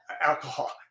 alcohol